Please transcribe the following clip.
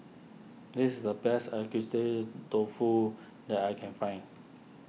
this is the best Dofu that I can find